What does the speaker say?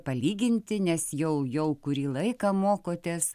palyginti nes jau jau kurį laiką mokotės